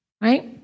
Right